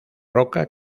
roca